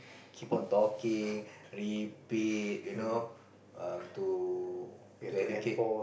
keep on talking repeat you know err to to educate